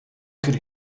could